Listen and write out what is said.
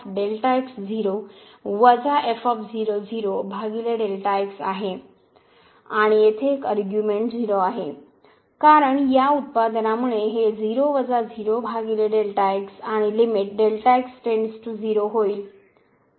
आणि येथे एक अरग्यूमेन्ट 0 आहे कारण या उत्पादनामुळे हे आणि लिमिट होईल